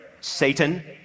Satan